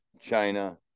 China